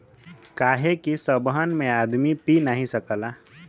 काहे कि सबहन में आदमी पी नाही सकला